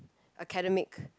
academic